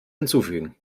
hinzufügen